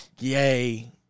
Yay